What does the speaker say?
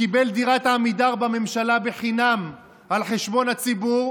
שקיבל דירת עמידר בממשלה חינם על חשבון הציבור,